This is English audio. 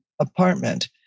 apartment